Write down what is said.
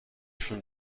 شون